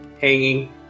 hanging